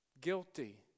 Guilty